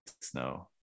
snow